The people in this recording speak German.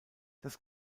das